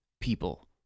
people